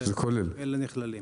אלה נכללים.